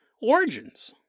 origins